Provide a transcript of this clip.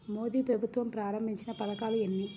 మోదీ ప్రభుత్వం ప్రారంభించిన పథకాలు ఎన్ని?